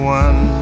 one